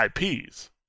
IPs